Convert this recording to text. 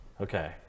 Okay